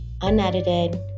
unedited